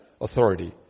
authority